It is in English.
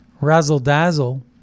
razzle-dazzle